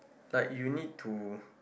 like you need to